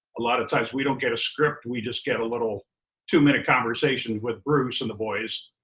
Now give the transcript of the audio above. a lot of times we don't get a script, we just get a little two minute conversation with bruce and the boys.